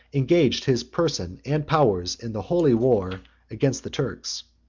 engaged his person and powers in the holy war against the turks